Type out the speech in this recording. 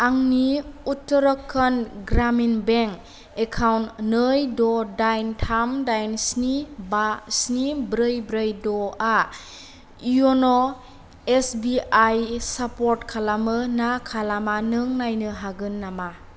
आंनि Uttarakhand Gramin bank account नै द' डाइन थाम डाइन स्नि बा स्नि ब्रै ब्रै द'आ इय'न' एसबिआई इस सापर्ट खालामो ना खालामा नों नायनो हागोन नामा